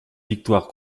victoire